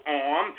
on